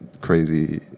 crazy